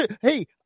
Hey